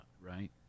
right